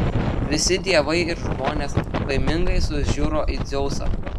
visi dievai ir žmonės baimingai sužiuro į dzeusą